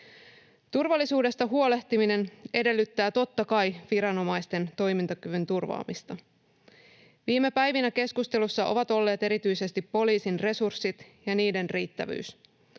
Turvallisuudesta huolehtiminen edellyttää totta kai viranomaisten toimintakyvyn turvaamista. Viime päivinä keskustelussa ovat olleet erityisesti poliisin resurssit ja niiden riittävyys.